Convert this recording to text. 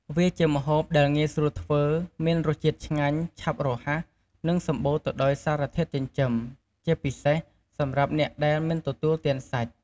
វាជាម្ហូបដែលងាយស្រួលធ្វើ មានរសជាតិឆ្ងាញ់ ឆាប់រហ័ស និងសម្បូរទៅដោយសារធាតុចិញ្ចឹម ជាពិសេសសម្រាប់អ្នកដែលមិនទទួលទានសាច់។